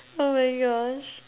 oh my gosh